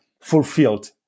fulfilled